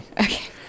Okay